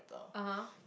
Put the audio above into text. (uh huh)